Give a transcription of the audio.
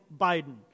Biden